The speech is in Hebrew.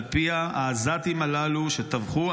שעל פיה העזתים הללו שטבחו,